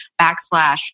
backslash